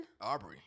Aubrey